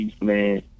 man